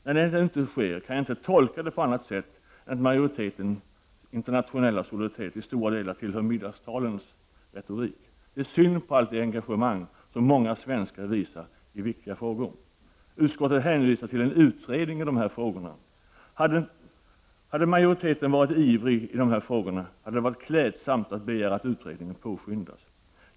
När detta nu inte sker, kan jag inte tolka det på annat sätt än att internationell solidaritet för majoriteten till stor del tillhör middagstalens retorik. Det är synd på allt det engagemang som många svenskar visar i dessa viktiga frågor. Utskottet hänvisar till en utredning i dessa frågor. Hade majoriteten varit ivrig att lösa dessa frågor hade det varit klädsamt att den begärt att utredningen påskyndas.